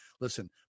Listen